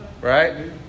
Right